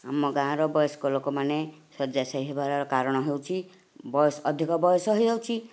ଆମ ଗାଆଁର ବୟସ୍କ ଲୋକମାନେ ଶଯ୍ୟାଶାୟୀ ହେବାର କାରଣ ହେଉଛି ବୟସ ଅଧିକ ବୟସ ହୋଇଯାଉଛି